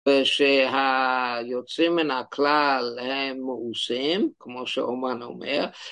ושהיוצאים מן הכלל הם מאוסים, כמו שאומן אומר.